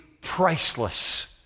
priceless